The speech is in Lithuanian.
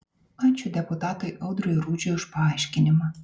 ačiū deputatui audriui rudžiui už paaiškinimą